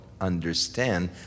understand